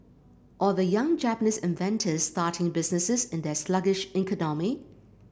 or the young Japanese inventors starting businesses in their sluggish economy